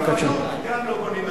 אקוניס, בחנפנות גם לא בונים מנהיגות.